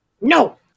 No